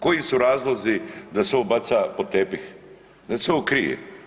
Koji su razlozi da se ovo baca pod tepih, da se ovo krije.